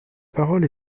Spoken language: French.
parole